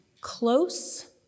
close